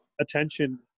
Attention